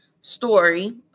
Story